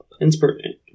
inspiration